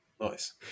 Nice